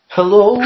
Hello